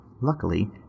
Luckily